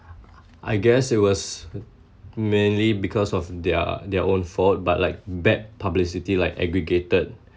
I guess it was mainly because of their their own fault but like bad publicity like aggravated